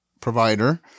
provider